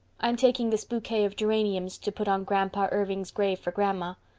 i'm taking this bouquet of geraniums to put on grandpa irving's grave for grandma.